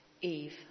Eve